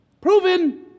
Proven